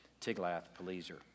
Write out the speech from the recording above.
Tiglath-Pileser